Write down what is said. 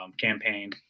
campaign